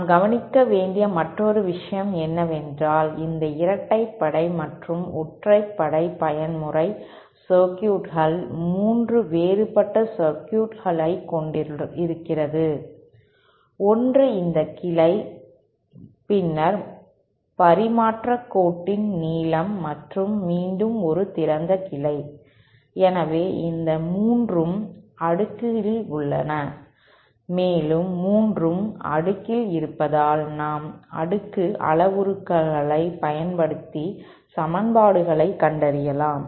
நாம் கவனிக்க வேண்டிய மற்றொரு விஷயம் என்னவென்றால் இந்த இரட்டைப்படை மற்றும் ஒற்றைப்படை பயன்முறை சர்க்யூட்கள் 3 வேறுபட்டசர்க்யூட்களை கொண்டிருக்கிறது ஒன்று இந்த கிளை பின்னர் பரிமாற்றக் கோட்டின் நீளம் மற்றும் மீண்டும் ஒரு திறந்த கிளை எனவே இந்த மூன்றும் அடுக்கில் உள்ளன மேலும் மூன்றும் அடுக்கில் இருப்பதால் நாம் அடுக்கு அளவுருக்களை பயன்படுத்தி சமன்பாடுகளைக் கண்டறியலாம்